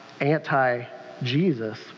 anti-Jesus